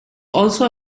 also